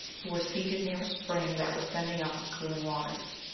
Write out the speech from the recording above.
who were seated near a spring that was sending up its cooling waters.